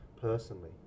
personally